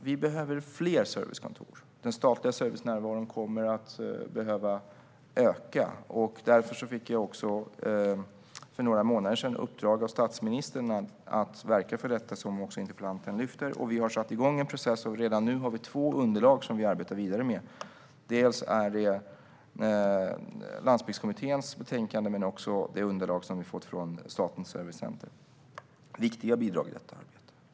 Vi behöver dock fler servicekontor. Den statliga servicenärvaron kommer att behöva öka. Därför fick jag för några månader sedan i uppdrag av statsministern att verka för detta, vilket interpellanten också lyfter fram. Vi har satt igång en process, och redan nu finns två underlag som vi arbetar vidare med. Det handlar dels om Landsbygdskommitténs betänkande, dels det underlag som vi har fått från Statens servicecenter. Det här är viktiga bidrag i arbetet.